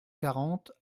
quarante